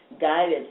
guided